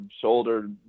shoulder